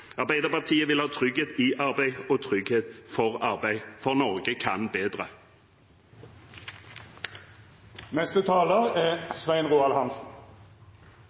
trygghet for arbeid – for Norge kan bedre. Neste talar er Svein Roald Hansen.